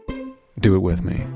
do it with me.